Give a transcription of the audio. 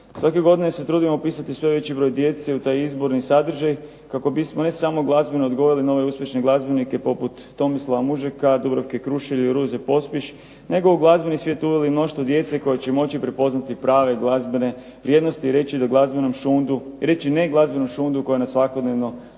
Svake godine se trudimo upisati sve veći broj djece i u taj izborni sadržaj kako bismo ne samo glazbeno odgovorili na ove uspješne glazbenike poput Tomislava Mužeka, Dubravke Krušelj i Ruže Pospić, nego u glazbeni svijet uveli i mnoštvo djece koji će moći prepoznati prave glazbene vrijednosti i reći ne glazbenom šundu koje nas svakodnevno